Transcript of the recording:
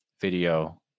video